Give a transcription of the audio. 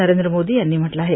नरेंद्र मोदी यांनी म्हटलं आहे